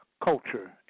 culture